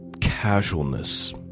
casualness